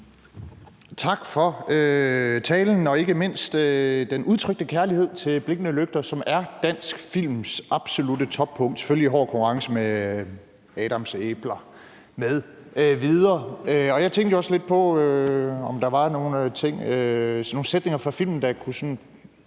Tak for talen og ikke mindst den udtrykte kærlighed til »Blinkende lygter«, som er dansk films absolutte toppunkt, selvfølgelig i hård konkurrence med »Adams æbler« m.fl. Jeg tænkte også lidt på, om der var nogen sætninger fra filmen, der kunne